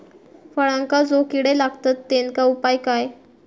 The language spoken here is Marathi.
फळांका जो किडे लागतत तेनका उपाय काय?